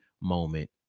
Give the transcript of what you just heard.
moment